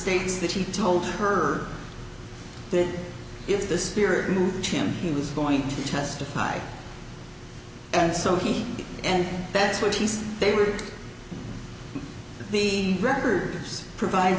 states that he told her that if the spirit moved him this is going to testify and so he and that's what he said they were the records provide